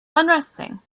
unresting